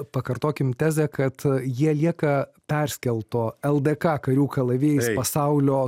pakartokim tezę kad jie lieka perskelto ldk karių kalavijais pasaulio